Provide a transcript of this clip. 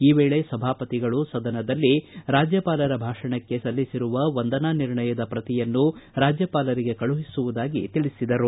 ಈ ವೇಳೆ ಸಭಾಪತಿಗಳು ಸದನದಲ್ಲಿ ರಾಜ್ಯಪಾಲರ ಭಾಷಣಕ್ಕೆ ಸಲ್ಲಿಸಿರುವ ವಂದನಾ ನಿರ್ಣಯದ ಪ್ರತಿಯನ್ನು ರಾಜ್ಯಪಾಲರಿಗೆ ಕಳುಹಿಸುವುದಾಗಿ ತಿಳಿಸಿದರು